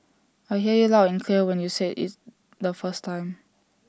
I heard you loud and clear when you said IT the first time